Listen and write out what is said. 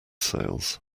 sales